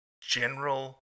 general